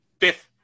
fifth